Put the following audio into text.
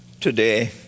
today